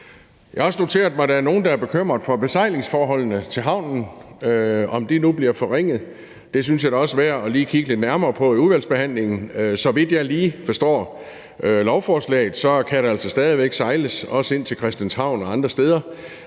Jeg har også noteret mig, at der er nogle, der er bekymret for besejlingsforholdene til havnen, i forhold til om de nu bliver forringet. Det synes jeg da også er værd lige at kigge lidt nærmere på i udvalgsbehandlingen. Så vidt jeg lige forstår lovforslaget, kan der altså stadig væk sejles, også ind til Christianshavn og andre steder.